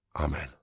Amen